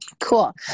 cool